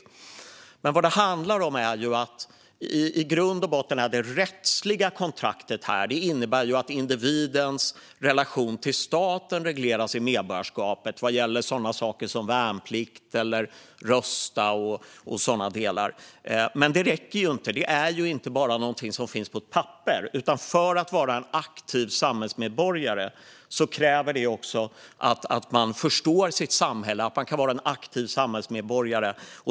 I grund och botten handlar medborgarskapet om ett rättsligt kontrakt som innebär att individens relation till staten regleras vad gäller sådana saker som värnplikt, att få rösta och sådant. Det räcker dock inte. Medborgarskapet är inte bara någonting som finns på ett papper. För att vara en aktiv samhällsmedborgare krävs det också att man förstår sitt samhälle och kan vara en aktiv samhällsmedborgare.